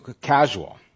casual